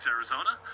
Arizona